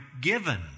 given